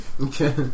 Okay